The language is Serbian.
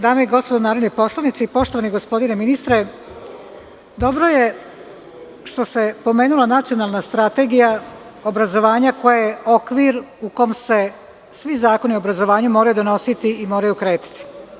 Dame i gospodo narodni poslanici, poštovani gospodine ministre, dobro je što se pomenula Nacionalna strategija obrazovanja koja je okvir u kome se svi zakoni obrazovanja moraju donositi i moraju kretati.